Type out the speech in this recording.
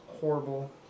horrible